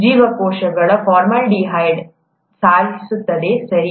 ಜೀವಕೋಶಗಳು ಫಾರ್ಮಾಲ್ಡಿಹೈಡ್ನಿಂದ ಸಾಯುತ್ತವೆ ಸರಿ